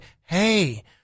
hey